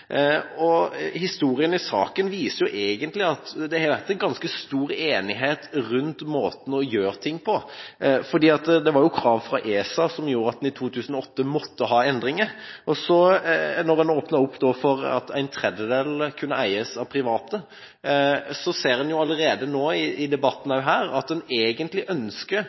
Historien i saken viser egentlig at det har vært en ganske stor enighet rundt måten å gjøre ting på, fordi det var krav fra ESA som gjorde at man i 2008 måtte ha endringer. Når en åpner opp for at en tredjedel kunne eies av private, ser en allerede nå i debatten her at en egentlig ønsker